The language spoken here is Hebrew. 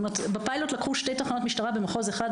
בפיילוט לקחו שתי תחנות משטרה במחוז אחד,